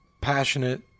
passionate